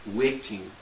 waiting